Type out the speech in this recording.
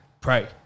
pray